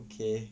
okay